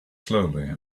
slowly